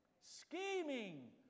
scheming